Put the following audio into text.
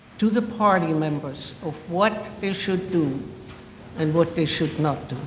to the party members of what they should do and what they should not do.